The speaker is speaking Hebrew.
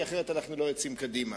כי אחרת אנחנו לא יוצאים קדימה.